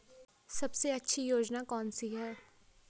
सबसे अच्छी योजना कोनसी है?